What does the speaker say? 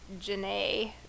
Janae